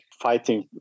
fighting